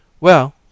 Well